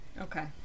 Okay